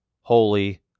holy